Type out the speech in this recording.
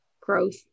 growth